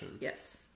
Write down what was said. yes